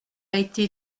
été